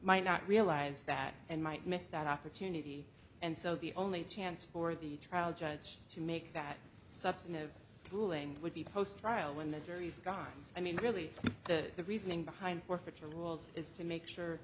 might not realize that and might miss that opportunity and so the only chance for the trial judge to make that substantive ruling would be post trial when the jury's got i mean really the reasoning behind forfeiture rules is to make sure